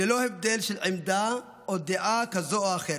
ללא הבדל של עמדה או דעה כזו או אחרת.